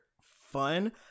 fun